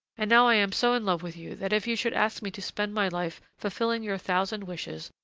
and now i am so in love with you that if you should ask me to spend my life fulfilling your thousand wishes,